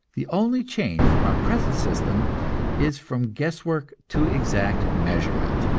the only change from our present system is from guesswork to exact measurement.